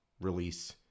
release